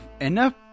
enough